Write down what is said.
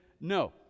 no